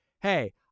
Hey